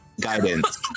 Guidance